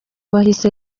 wahise